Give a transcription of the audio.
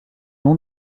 nom